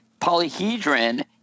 polyhedron